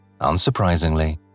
Unsurprisingly